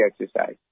exercise